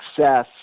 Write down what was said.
success